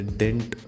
dent